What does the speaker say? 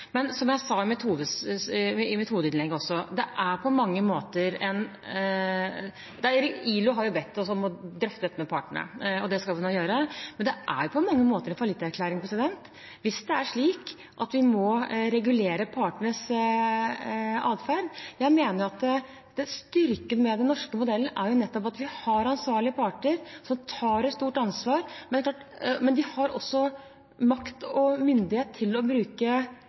Men som jeg sa i mitt hovedinnlegg, er det på mange måter en fallitterklæring hvis det er slik at vi må regulere partenes atferd. Jeg mener at styrken med den norske modellen nettopp er at vi har ansvarlige parter som tar et stort ansvar. Men de har også makt og myndighet til å bruke